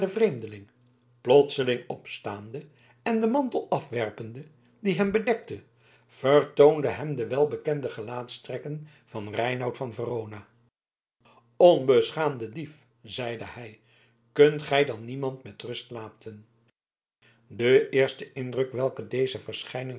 vreemdeling plotseling opstaande en den mantel afwerpende die hem bedekte vertoonde hem de welbekende gelaatstrekken van reinout van verona onbeschaamde dief zeide hij kunt gij dan niemand met rust laten de eerste indruk welken deze verschijning